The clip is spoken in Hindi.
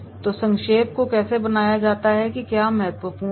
तो संक्षेप को कैसे बनाया जाता है और क्या महत्वपूर्ण है